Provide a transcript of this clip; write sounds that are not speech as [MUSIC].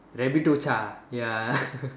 Rabbitocha ya [LAUGHS]